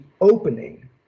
opening